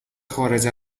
خارج